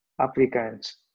applicants